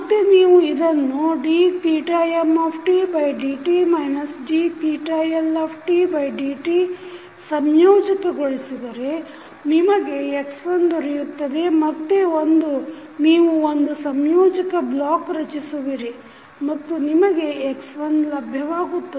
ಮತ್ತೆ ನೀವು ಇದನ್ನು dmdt dLdtಸಂಯೋಜಕ ಗೊಳಿಸಿದರೆ ನಿಮಗೆ x1ದೊರೆಯುತ್ತದೆ ಮತ್ತೆ ನೀವು ಒಂದು ಸಂಯೋಜಕ ಬ್ಲಾಕ್ ರಚಿಸುವಿರಿ ಮತ್ತು ನಿಮಗೆ x1ಲಭ್ಯವಾಗುತ್ತದೆ